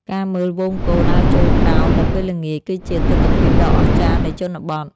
ការមើលហ្វូងគោដើរចូលក្រោលនៅពេលល្ងាច គឺជាទិដ្ឋភាពដ៏អស្ចារ្យនៃជនបទ។